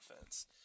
offense